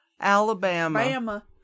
Alabama